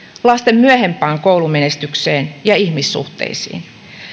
lasten myöhempään koulumenestykseen ja ihmissuhteisiin